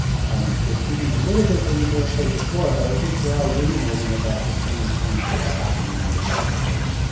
and repeating a little bit what you may have heard before but i think we're all ruminating about the same things that are happening in the world today.